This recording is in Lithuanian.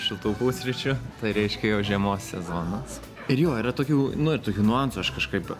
šiltų pusryčių tai reiškia jog žiemos sezonas ir jo yra tokių nu ir tokių niuansų aš kažkaip